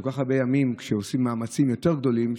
עושים מאמצים יותר גדולים,